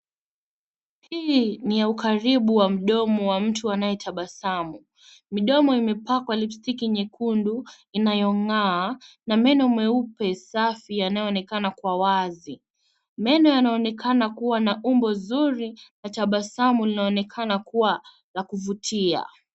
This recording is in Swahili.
Hii ni ya ukaribu wa mdomo wa mtu anayetabasamu. Midomo imepakwa lipstick nyekundu inayong'aa na meno meupe safi yanayoonekana kwa wazi. Meno yanaonekana kuwa na umbo zuri na tabasamu linaonekana kuwa la kuvutia.